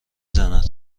زند